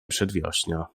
przedwiośnia